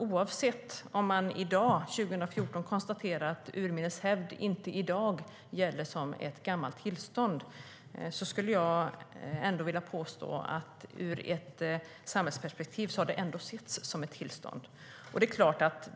Oavsett om man i dag, 2014, konstaterar att urminnes hävd inte gäller som ett gammalt tillstånd vill jag ändå påstå att det ur ett samhällsperspektiv ändå har setts som ett tillstånd.